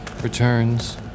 returns